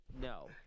No